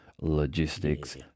logistics